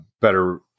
better